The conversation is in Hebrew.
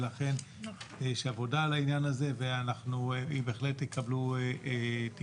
ולכן יש עבודה על העניין הזה, ובהחלט תקבלו תיקון.